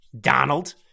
Donald